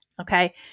Okay